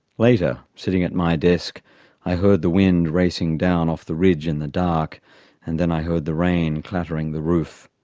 later, sitting at my desk i heard the wind racing down off the ridge in the dark and then i heard the rain clattering the roof.